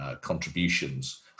contributions